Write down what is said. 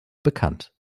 bekannt